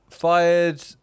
Fired